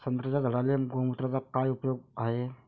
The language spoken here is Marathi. संत्र्याच्या झाडांले गोमूत्राचा काय उपयोग हाये?